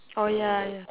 oh ya ya